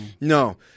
No